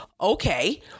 Okay